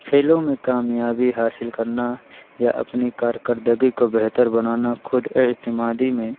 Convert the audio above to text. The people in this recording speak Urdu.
کھیلوں میں کامیابی حاصل کرنا یا اپنی کارکردگی کو بہتر بنانا خود اعتمادی میں